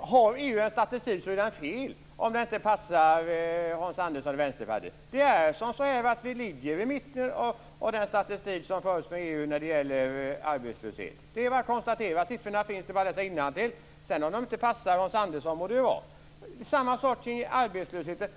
Har EU en statistik så är den fel om den inte passar Hans Andersson i Vänsterpartiet. Det är så att vi ligger i mitten av den statistik som förs av EU när det gäller arbetslöshet. Det är bara att konstatera. Siffrorna finns. Det är bara att läsa innantill. Om de sedan inte passar Hans Andersson så må det vara hänt. Det är samma sak med arbetslösheten.